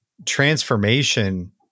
transformation